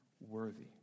worthy